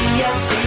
yes